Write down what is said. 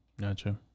Gotcha